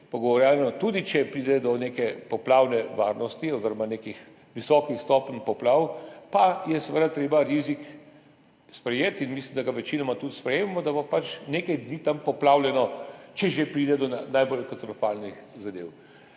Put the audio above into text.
pogovarjalno, tudi če pride do neke poplavne nevarnosti oziroma nekih visokih stopenj poplav, seveda treba rizik sprejeti, in mislim, da ga večinoma tudi sprejemamo, da bo pač nekaj dni tam poplavljeno, če že pride do najbolj katastrofalnih zadev.